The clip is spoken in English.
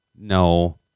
no